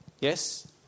Yes